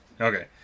okay